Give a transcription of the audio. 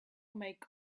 make